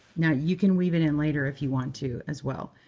now, you can weave it in later if you want to as well.